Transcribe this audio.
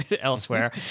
elsewhere